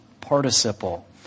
participle